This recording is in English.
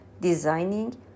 designing